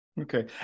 Okay